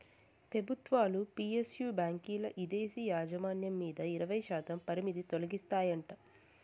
పెబుత్వాలు పి.ఎస్.యు బాంకీల్ల ఇదేశీ యాజమాన్యం మీద ఇరవైశాతం పరిమితి తొలగిస్తాయంట